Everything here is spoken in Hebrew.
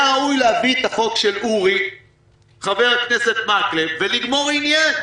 היה ראוי להביא את החוק של חבר הכנסת אורי מקלב ולגמור עניין,